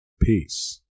Peace